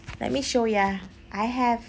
let me show you I have